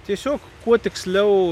tiesiog kuo tiksliau